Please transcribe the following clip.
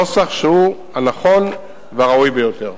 נוסח שהוא הנכון והראוי ביותר.